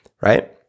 Right